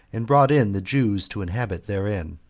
and brought in the jews to inhabit therein.